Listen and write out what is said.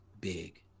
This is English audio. big